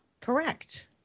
correct